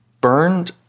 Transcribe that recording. burned